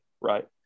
right